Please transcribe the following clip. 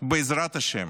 בעזרת השם.